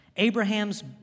Abraham's